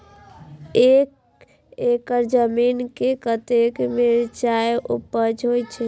एक एकड़ जमीन में कतेक मिरचाय उपज होई छै?